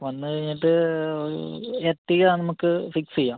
വന്ന് കഴിഞ്ഞിട്ട് എർട്ടിഗ നമുക്ക് ഫിക്സ് ചെയ്യാം